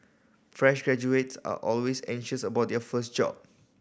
fresh graduates are always anxious about their first job